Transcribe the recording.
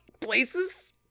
Places